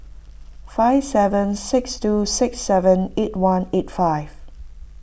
five seven six two six seven eight one eight five